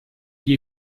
gli